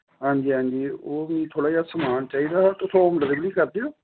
हां जी हां जी ओह् मिगी थोह्ड़ा जा समान चाहिदा हा तुस होम डलिवरी करदे ओ